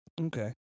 Okay